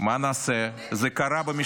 מה נעשה --- בוא נחזיר את התושבים --- "מה נעשה"?